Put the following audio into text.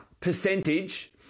percentage